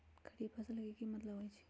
खरीफ फसल के की मतलब होइ छइ?